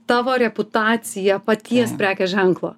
tavo reputaciją paties prekės ženklo